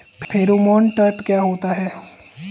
Pheromone trap क्या होता है?